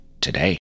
Today